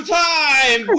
time